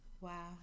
Wow